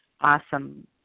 awesome